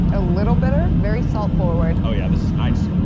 a little bitter. very salt forward. oh yeah, this is nice.